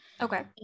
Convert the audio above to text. Okay